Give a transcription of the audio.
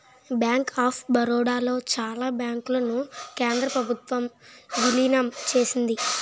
bank of Baroda లో చాలా బ్యాంకులను కేంద్ర ప్రభుత్వం విలీనం చేసింది